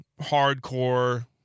hardcore